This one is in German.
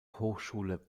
hochschule